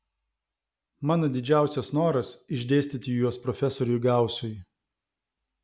mano didžiausias noras išdėstyti juos profesoriui gausui